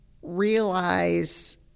realize